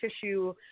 tissue